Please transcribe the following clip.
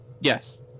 Yes